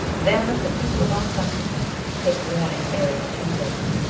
then let the people of our country take warning ere it is too late.